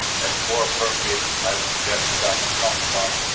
that's more appropriate, i would suggest, to dr. kaltenbach.